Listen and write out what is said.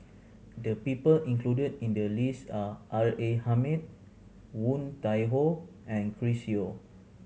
the people included in the list are R A Hamid Woon Tai Ho and Chris Yeo